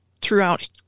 throughout